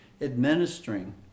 administering